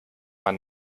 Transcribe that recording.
man